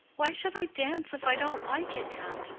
why should i dance if i don't like it, aunt?